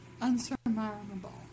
unsurmountable